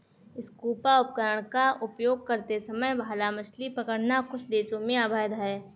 scuba उपकरण का उपयोग करते समय भाला मछली पकड़ना कुछ देशों में अवैध है